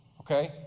Okay